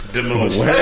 Demolition